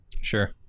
Sure